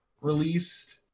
released